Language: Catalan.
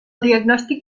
diagnòstic